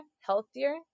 healthier